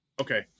okay